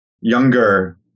younger